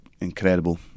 incredible